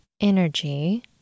energy